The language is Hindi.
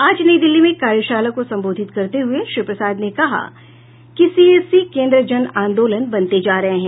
आज नई दिल्ली में एक कार्यशाला को संबोधित करते हुए श्री प्रसाद ने कहा कि सीएससी केंद्र जन आंदोलन बनते जा रहे हैं